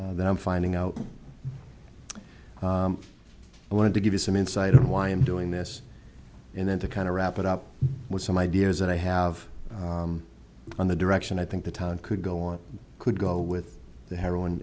that i'm finding out i wanted to give you some insight on why i'm doing this and then to kind of wrap it up with some ideas that i have on the direction i think the town could go on could go with the heroin